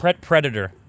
Predator